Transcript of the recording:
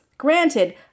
Granted